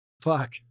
Fuck